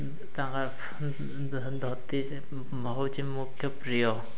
ତାଙ୍କର ଧୋତି ହେଉଛି ମୁଖ୍ୟ ପ୍ରିୟ